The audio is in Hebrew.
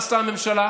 מה עשתה הממשלה?